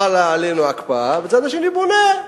חלה עלינו הקפאה, הצד השני בונה.